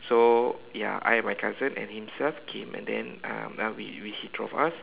so ya I and my cousin and himself came and then um we we he drove us